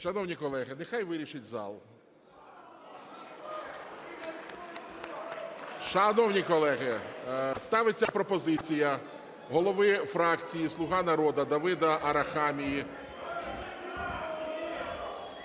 Шановні колеги, нехай вирішить зал. Шановні колеги, ставиться пропозиція голови фракції "Слуга народу" Давида Арахамії